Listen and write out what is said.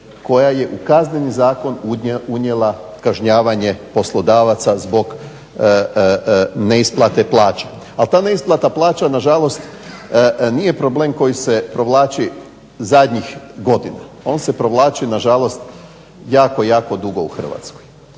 koja je u Kazneni zakon unijela kažnjavanje poslodavaca zbog neisplate plaća. Ali ta neisplata plaća nažalost nije problem koji se provlači zadnjih godina, on se provlači nažalost jako, jako dugo u Hrvatskoj.